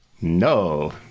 No